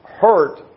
hurt